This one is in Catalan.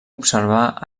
observar